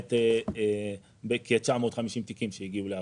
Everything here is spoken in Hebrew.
למעט בכ-950 תיקים שהגיעו לעררים,